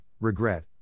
regret